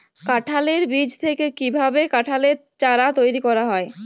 কাঁঠালের বীজ থেকে কীভাবে কাঁঠালের চারা তৈরি করা হয়?